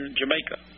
jamaica